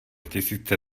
tisíce